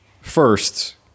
First